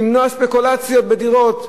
למנוע ספקולציה בדירות,